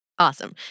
Awesome